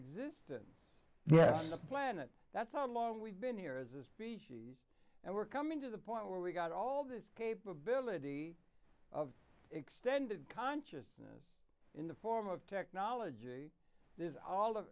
existence but on the planet that's all along we've been here as a species and we're coming to the point where we got all this capability of extended consciousness in the form of technology